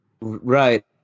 Right